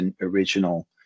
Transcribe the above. original